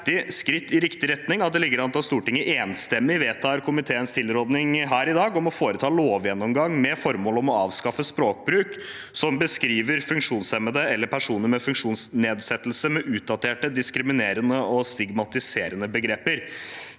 skritt i riktig retning at det ligger an til at Stortinget enstemmig vedtar komiteens tilråding her i dag, om å foreta en lovgjennomgang med formål å avskaffe språkbruk som beskriver funksjonshemmede eller personer med funksjonsnedsettelse med utdaterte, diskriminerende og stigmatiserende begreper.